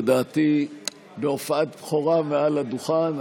לדעתי בהופעת בכורה מעל הדוכן,